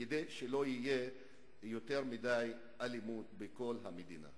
כדי שלא תהיה יותר מדי אלימות בכל המדינה.